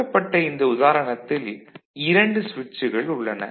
கொடுக்கப்பட்ட இந்த உதாரணத்தில் 2 சுவிட்சுகள் உள்ளன